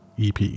EP